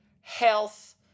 health